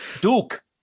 Duke